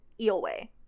Eelway